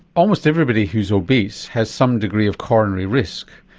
almost everybody who's obese has some degree of coronary risk,